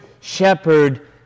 shepherd